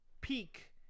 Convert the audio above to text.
peak